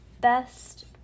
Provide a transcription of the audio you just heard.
best